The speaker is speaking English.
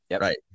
Right